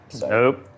Nope